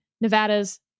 Nevada's